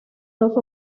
dos